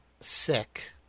sick